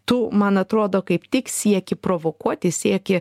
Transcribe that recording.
tu man atrodo kaip tik sieki provokuoti sieki